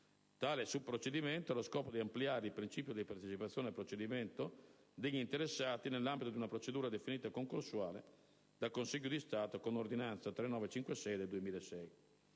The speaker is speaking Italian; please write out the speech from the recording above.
Tale subprocedimento ha lo scopo di ampliare il principio di partecipazione degli interessati al procedimento, nell'ambito di una procedura definita concorsuale dal Consiglio di Stato con ordinanza n. 3956 del 2006.